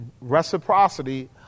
reciprocity